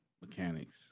mechanics